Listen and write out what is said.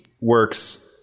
works